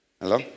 Hello